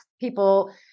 people